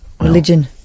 religion